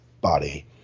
body